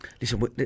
listen